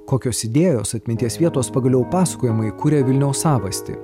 kokios idėjos atminties vietos pagaliau pasakojimai kuria vilniaus savastį